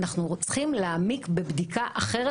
אנחנו צריכים להעמיק בבדיקה אחרת,